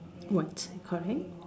what you calling